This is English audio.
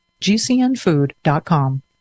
GCNfood.com